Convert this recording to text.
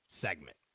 segment